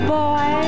boy